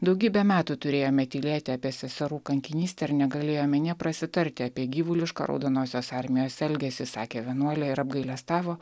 daugybę metų turėjome tylėti apie seserų kankinystę ir negalėjome nė prasitarti apie gyvulišką raudonosios armijos elgesį sakė vienuolė ir apgailestavo